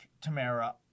Tamara